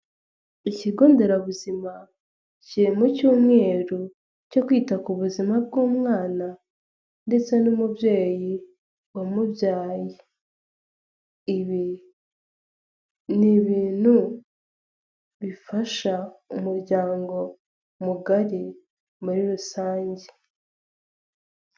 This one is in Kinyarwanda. Ikigo nderabuzima kiri mu cyumweru cyo kwita ku buzima bw'umwana ndetse n'umubyeyi wamubyaye, ibi ni ibintu bifasha umuryango mugari muri rusange.